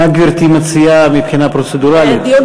מה גברתי מציעה מבחינה פרוצדורלית?